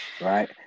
right